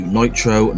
nitro